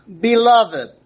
beloved